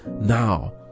now